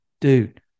dude